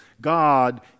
God